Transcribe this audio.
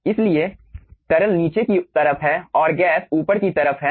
इसलिए तरल नीचे की तरफ है और गैस ऊपर की तरफ है